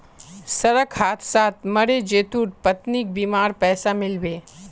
सड़क हादसात मरे जितुर पत्नीक बीमार पैसा मिल बे